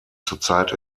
zurzeit